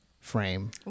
frame